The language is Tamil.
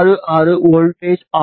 2366 வோல்ட் ஆகும்